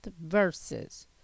verses